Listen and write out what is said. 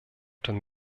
dem